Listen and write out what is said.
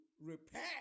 repair